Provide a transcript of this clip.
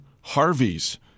Harvey's